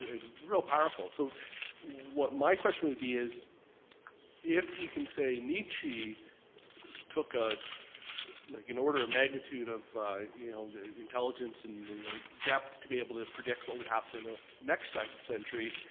ah real powerful. so what my question would be is if we can say nietzsche took ah like an order of magnitude of you know intelligence and you know depth to be able to predict what would happen in the next ah century,